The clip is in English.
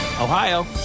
Ohio